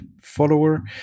follower